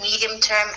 medium-term